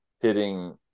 hitting